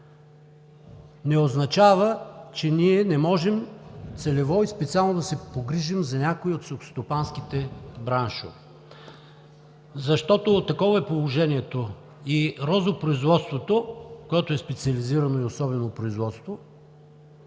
не означава, че ние не можем целево и специално да се погрижим за някои от селскостопанските браншове. Такова е положението и розопроизводството, което е специализирано и особено производство,